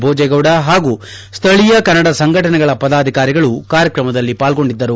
ಭೋಜೇಗೌಡ ಹಾಗೂ ಸ್ಥಳೀಯ ಕನ್ನಡ ಸಂಘಟನೆಗಳ ಪದಾಧಿಕಾರಿಗಳು ಕಾರ್ಯಕ್ರಮದಲ್ಲಿ ಪಾಲ್ಗೊಂಡಿದ್ದರು